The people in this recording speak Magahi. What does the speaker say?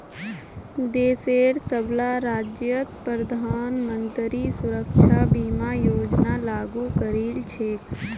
देशेर सबला राज्यत प्रधानमंत्री सुरक्षा बीमा योजना लागू करील छेक